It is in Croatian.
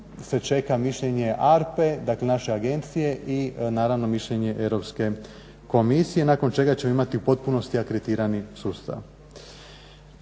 se čeka mišljenje ARPA-e, dakle naše agencije i naravno mišljenje Europske komisije nakon čega ćemo imati u potpunosti akreditirani sustav.